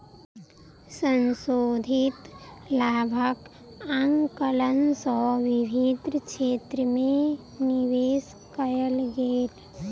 संशोधित लाभक आंकलन सँ विभिन्न क्षेत्र में निवेश कयल गेल